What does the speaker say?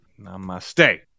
namaste